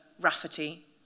Rafferty